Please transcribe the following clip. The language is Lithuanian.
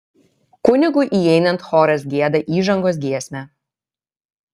kunigui įeinant choras gieda įžangos giesmę